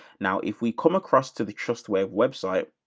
now, if we come across to the trustwave website,